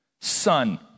Son